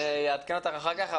אני אעדכן אותך אחר כך,